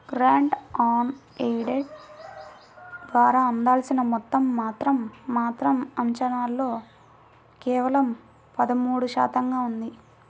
grant on aid ద్వారా అందాల్సిన మొత్తం మాత్రం మాత్రం అంచనాల్లో కేవలం పదమూడు శాతంగా ఉంది